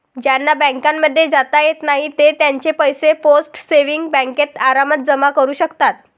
ज्यांना बँकांमध्ये जाता येत नाही ते त्यांचे पैसे पोस्ट सेविंग्स बँकेत आरामात जमा करू शकतात